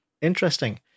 Interesting